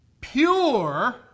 pure